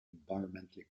environmentally